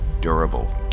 Durable